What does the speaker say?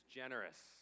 generous